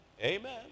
Amen